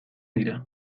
dira